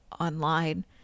online